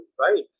right